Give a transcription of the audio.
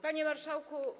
Panie Marszałku!